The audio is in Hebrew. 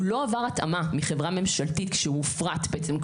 הוא לא עבר התאמה מחברה ממשלתית כשהוא הופרט בעצם.